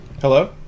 Hello